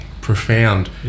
Profound